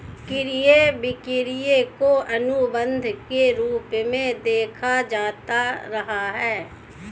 क्रय विक्रय को अनुबन्ध के रूप में देखा जाता रहा है